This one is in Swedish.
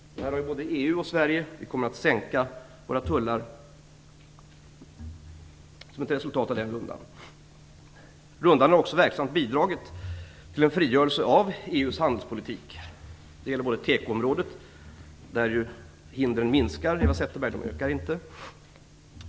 Det gäller både EU och Sverige. Vi kommer att sänka våra tullar som ett resultat av Uruguayrundan. Uruguayrundan har också verksamt bidragit till en frigörelse av EU:s handelspolitik, exempelvis på tekoområdet. Där ökar inte hindren, Eva Zetterberg, utan de minskar.